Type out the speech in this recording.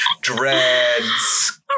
dreads